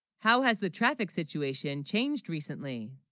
how, has the traffic situation, changed recently